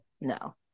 no